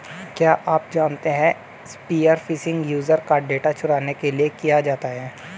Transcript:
क्या आप जानते है स्पीयर फिशिंग यूजर का डेटा चुराने के लिए किया जाता है?